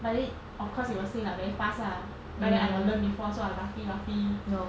but it of course it will say like very fast lah but then I got learn before so I roughly roughly